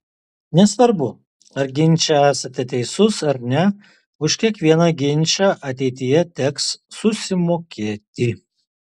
nesvarbu ar ginče esate teisus ar ne už kiekvieną ginčą ateityje teks susimokėti